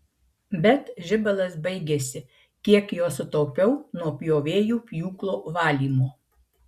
bet žibalas baigėsi kiek jo sutaupiau nuo pjovėjų pjūklo valymo